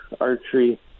Archery